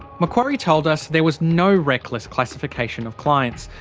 macquarie told us there was no reckless classification of clients,